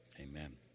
Amen